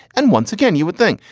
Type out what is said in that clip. and once again, you would think,